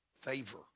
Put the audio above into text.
favor